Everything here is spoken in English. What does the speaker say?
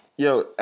Yo